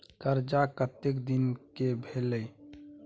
कर्जा कत्ते दिन के भेलै?